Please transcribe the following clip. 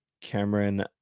Cameron